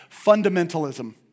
Fundamentalism